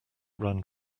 ran